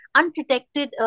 unprotected